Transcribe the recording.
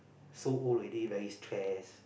so old already very stress